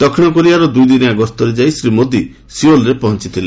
ଦକ୍ଷିଣ କୋରିଆର ଦୁଇଦିନ ଗସ୍ତ ଯାଇ ଶ୍ରୀ ମୋଦୀ ସିଓଲରେ ପହଞ୍ଚଥିଲେ